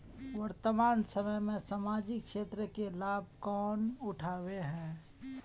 वर्तमान समय में सामाजिक क्षेत्र के लाभ कौन उठावे है?